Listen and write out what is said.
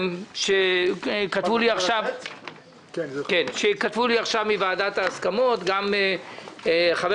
כתבו לי עכשיו מוועדת ההסכמות גם חבר